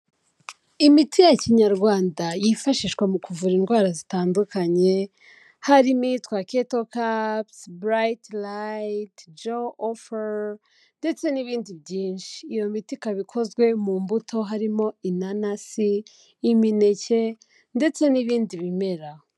Imiti ya Kinyarwanda yifashishwa mu kuvura indwara zitandukanye, harimo iyitwa keto kapusi, burayiti riyiti, joye ofe, ndeetse n'ibindi byinshi. Iyo miti ikaba ikozwe mu mbuto harimo inanasi, imineke,, ndetse n'ibindi bimera.